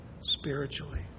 spiritually